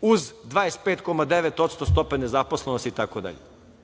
uz 25,9% stope nezaposlenosti,